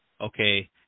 okay